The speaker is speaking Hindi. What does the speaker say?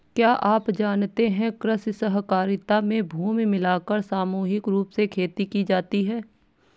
क्या आप जानते है कृषि सहकारिता में भूमि मिलाकर सामूहिक रूप से खेती की जाती है?